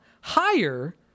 higher